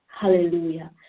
Hallelujah